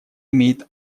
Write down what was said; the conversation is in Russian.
имеет